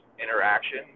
interaction